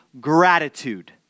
gratitude